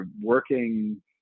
working